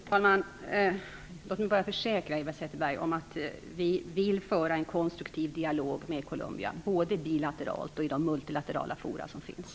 Fru talman! Låt mig försäkra Eva Zetterberg att regeringen vill föra en konstruktiv dialog med Colombia, både bilateralt och i de multilaterala fora som finns.